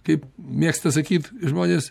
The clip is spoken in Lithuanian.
kaip mėgsta sakyt žmonės